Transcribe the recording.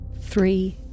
Three